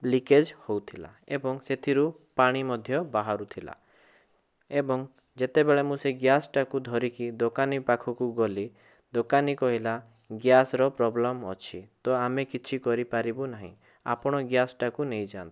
leakage ହୋଉଥିଲା ଏବଂ ସେଥିରୁ ପାଣି ମଧ୍ୟ ବାହାରୁଥିଲା ଏବଂ ଯେତେବେଳେ ମୁଁ ସେଇ ଗ୍ୟାସ୍ଟାକୁ ଧରିକି ଦୋକାନୀ ପାଖକୁ ଗଲି ଦୋକାନୀ କହିଲା ଗ୍ୟାସ୍ର ପ୍ରୋବ୍ଲେମ୍ ଅଛି ତ ଆମେ କିଛି କରିପାରିବୁ ନାହିଁ ଆପଣ ଗ୍ୟାସ୍ଟାକୁ ନେଇ ଯାଆନ୍ତୁ